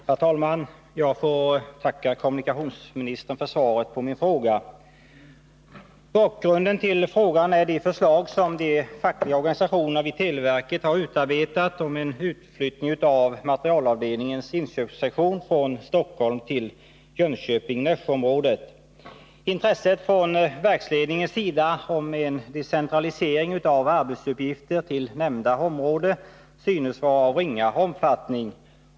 Herr talman! Jag får tacka kommunikationsministern för svaret på min fråga. Bakgrunden till frågan är de förslag som de fackliga organisationerna vid televerket har utarbetat om en utflyttning av materialavdelningens inköpssektion från Stockholm till Jönköping-Nässjö-området. Intresset från verksledningens sida för en decentralisering av arbetsuppgifter till nämnda område synes vara av ringa omfattning.